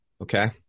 Okay